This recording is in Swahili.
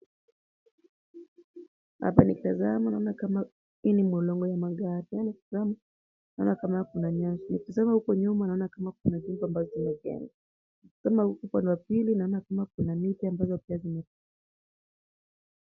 Hapa nikitazama naona kama hii ni mlolongo ya magari. Tena nikitazama naona kama kuna nyasi, nikitazama huko nyuma naona kama kuna nyumba ambazo zimejengwa. Nikitazama huku upande wa pili, naona kama kuna miti ambayo pia zimemea.